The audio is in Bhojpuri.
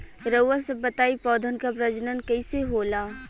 रउआ सभ बताई पौधन क प्रजनन कईसे होला?